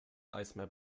eismeer